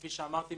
כפי שאמרתי,